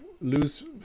lose